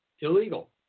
illegal